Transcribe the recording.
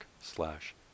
slash